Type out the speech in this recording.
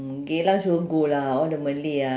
geylang sure go lah all the malay ah